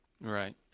Right